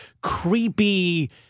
creepy